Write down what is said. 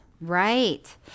Right